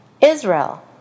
Israel